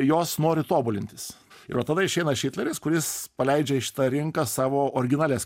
jos nori tobulintis ir tada išeina šitleris kuris paleidžia į šitą rinką savo originalias